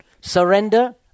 Surrender